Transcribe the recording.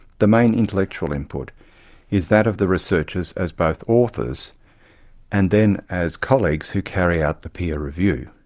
the main intellectual input is that of the researchers as both authors and then as colleagues who carry out the peer review.